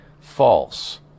false